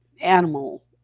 animal